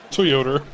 Toyota